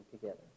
together